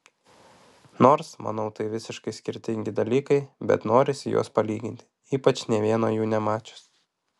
nors manau tai visiškai skirtingi dalykai bet norisi juos palyginti ypač nė vieno jų nemačius